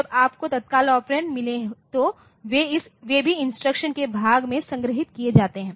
जब आपको तत्काल ऑपरेंडमिले तो वे भी इंस्ट्रक्शन के भाग में संग्रहीत किए जाते हैं